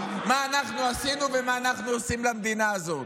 מה אנחנו עשינו ומה אנחנו עושים בשביל המדינה הזאת.